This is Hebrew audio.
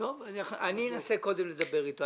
אני אנסה קודם לדבר איתו.